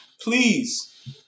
please